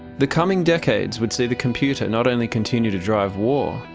the coming decades would see the computer not only continue to drive war,